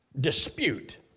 dispute